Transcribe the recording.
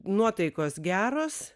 nuotaikos geros